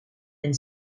een